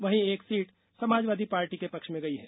वहीं एक seat Samajwadi Party के पक्ष में गई है